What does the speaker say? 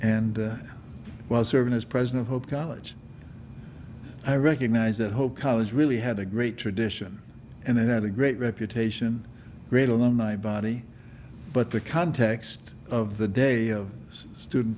while serving as president hope college i recognize that hope college really had a great tradition and i had a great reputation great on my body but the context of the day of student